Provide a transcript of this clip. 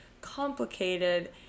complicated